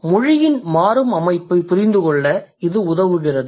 முதலாவது மொழியின் மாறும் அமைப்பைப் புரிந்துகொள்ள இது உதவுகிறது